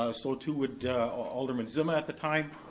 ah so too would alderman zima at the time.